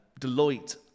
Deloitte